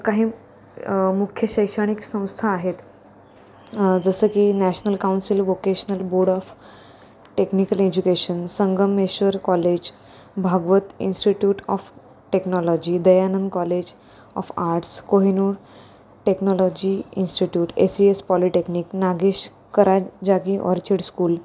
काही मुख्य शैक्षणिक संस्था आहेत जसं की national council vocational board of technical education Sangameshwar college Bhagwat institute of technology Dayanand college of arts Kohinoor technology institute A C S polytechnic Nagesh Karajagi orchid school